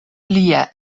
lia